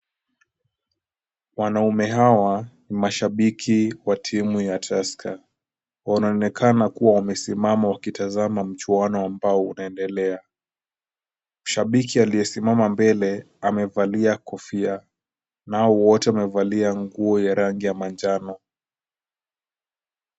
Wanaume hawa ni mashabiki wa timu ya Tusker. Wanaonekana kuwa wamesimama wakitazama mchuano ambao unaendelea. Shabiki aliyesimama mbele amevalia kofia na hao wote wamevalia nguo ya rangi ya manjano.